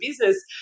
business